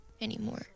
anymore